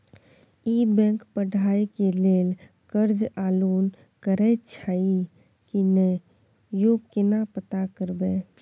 ई bank पढ़ाई के लेल कर्ज आ लोन करैछई की नय, यो केना पता करबै?